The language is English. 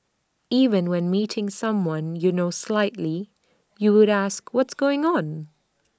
even when meeting someone you know slightly you would ask what's going on